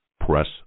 press